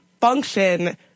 function